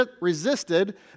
resisted